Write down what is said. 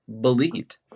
believed